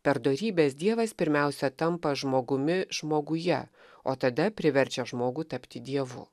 per dorybes dievas pirmiausia tampa žmogumi žmoguje o tada priverčia žmogų tapti dievu